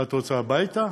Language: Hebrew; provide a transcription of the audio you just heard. מה, את רוצה הביתה?